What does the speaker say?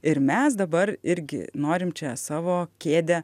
ir mes dabar irgi norim čia savo kėdę